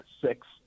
six